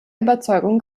überzeugung